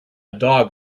dog